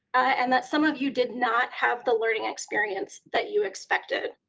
and that some of you did not have the learning experience that you expected.